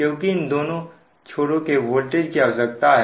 क्योंकि इन दोनों छोरों के वोल्टेज की आवश्यकता है